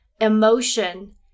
emotion